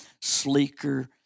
sleeker